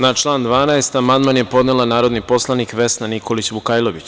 Na član 12. amandman je podnela narodni poslanik Vesna Nikolić Vukajlović.